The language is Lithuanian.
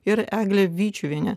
ir eglė vičiuvienė